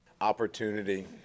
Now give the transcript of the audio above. Opportunity